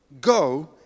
Go